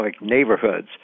neighborhoods